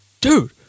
dude